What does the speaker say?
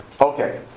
Okay